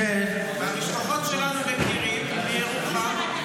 המשפחות שלנו מכירות מירוחם.